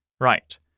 Right